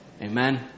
Amen